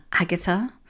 Agatha